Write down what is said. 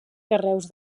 carreus